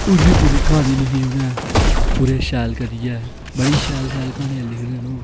उंदी पूरी क्हानी लिखी उनें पूरे शैल करियै बड़ी शैल शैल क्हानियां लिखदे ना ओह्